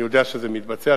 אני יודע שזה מתבצע.